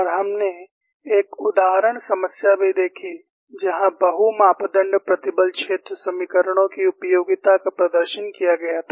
और हमने एक उदाहरण समस्या भी देखी जहां बहु मापदण्ड प्रतिबल क्षेत्र समीकरणों की उपयोगिता का प्रदर्शन किया गया था